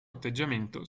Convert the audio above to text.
atteggiamento